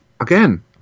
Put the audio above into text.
Again